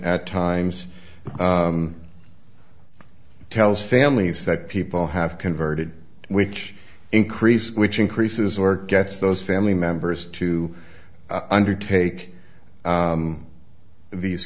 at times tells families that people have converted which increases which increases or gets those family members to undertake these